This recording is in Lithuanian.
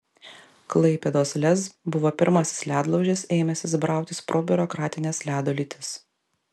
klaipėdos lez buvo pirmasis ledlaužis ėmęsis brautis pro biurokratines ledo lytis